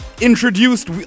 introduced